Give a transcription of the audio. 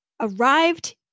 arrived